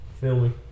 filming